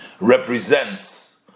represents